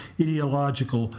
ideological